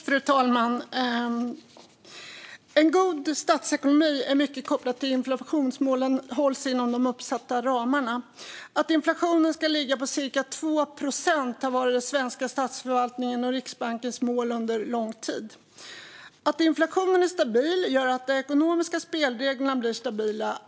Fru talman! En god statsekonomi är i mycket kopplad till att inflationsmålen hålls inom de uppsatta ramarna. Att inflationen ska ligga på cirka 2 procent har varit den svenska statsförvaltningens och Riksbankens mål under lång tid. Att inflationen är stabil gör att de ekonomiska spelreglerna blir stabila.